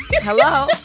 Hello